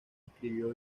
escribió